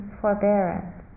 forbearance